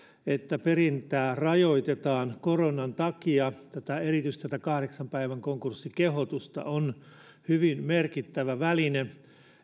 että perintää rajoitetaan koronan takia erityisesti tätä kahdeksan päivän konkurssikehotusta on hyvin merkittävä väline